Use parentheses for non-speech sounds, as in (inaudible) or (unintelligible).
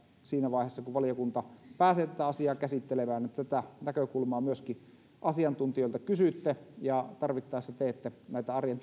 siinä vaiheessa kun valiokunta pääsee tätä asiaa käsittelemään että tätä näkökulmaa myöskin asiantuntijoilta kysytte ja tarvittaessa teette näitä arjen (unintelligible)